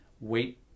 wait